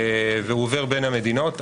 והוא עובר בין המדינות,